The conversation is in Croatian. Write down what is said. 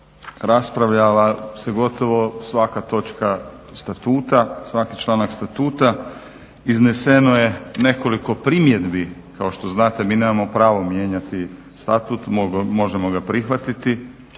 raspravljala se gotovo svaka točka statuta, svaki članak statuta, izneseno je nekoliko primjedbi. Kao što znate mi nemamo pravo mijenjati status, možemo da prihvatiti,